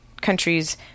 countries